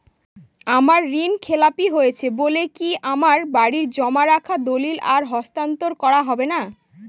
আমার ঋণ খেলাপি হয়েছে বলে কি আমার বাড়ির জমা রাখা দলিল আর হস্তান্তর করা হবে না?